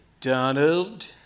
Donald